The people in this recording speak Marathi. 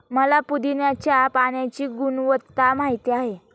मला पुदीन्याच्या पाण्याची गुणवत्ता माहित आहे